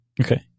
Okay